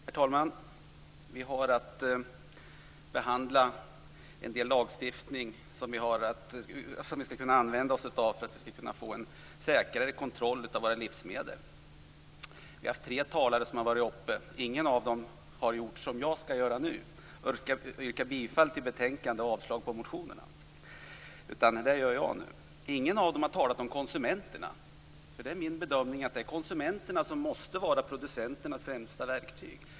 Herr talman! Vi har att behandla en del lagstiftning som vi skall kunna använda oss av för att få en säkrare kontroll av våra livsmedel. Tre talare har varit uppe i talarstolen. Ingen av dem har gjort vad jag skall göra, nämligen yrka bifall till betänkandet och avslag på motionerna. Det gör jag nu. Ingen av dem har talat om konsumenterna. Min bedömning är att det är konsumenterna som måste vara producenternas främsta verktyg.